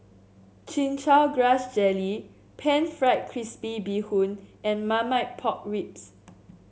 Chin Chow Grass Jelly pan fried crispy Bee Hoon and Marmite Pork Ribs